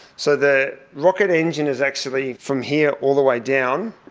so the rocket engine is actually from here all the way down,